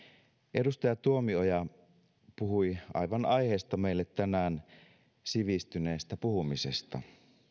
edustaja tuomioja puhui aivan aiheesta meille tänään sivistyneestä puhumisesta